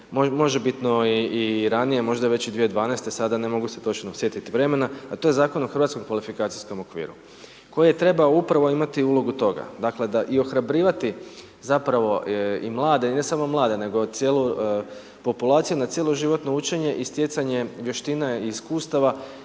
Možebitno i ranije, možda već i 2012. sada ne mogu se točno sjetiti vremena. A to je o hrvatskom kvalifikacijskom okviru koji je trebao upravo imati ulogu toga dakle i ohrabrivati zapravo i mlade i ne samo mlade nego cijelu populaciju na cjeloživotno učenje i stjecanje vještina i iskustava